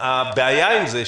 הבעיה עם זה,